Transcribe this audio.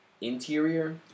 interior